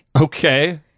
Okay